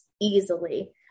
easily